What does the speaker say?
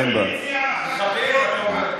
אתה אחראי לביטחון הפנים?